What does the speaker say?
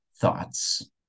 thoughts